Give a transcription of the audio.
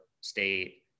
state